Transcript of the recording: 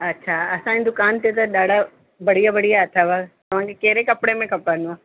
अच्छा असांजी दुकानु ते ॾाढा बढ़िया बढ़िया अथव तव्हांखे कहिड़े कपिड़े में खपंदव